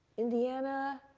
indiana,